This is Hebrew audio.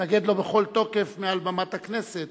התנגד לו בכל תוקף מעל במת הכנסת